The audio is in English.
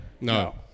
No